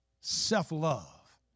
self-love